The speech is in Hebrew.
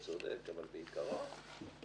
רוויזיות.